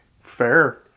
Fair